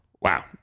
Wow